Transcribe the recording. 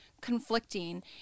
conflicting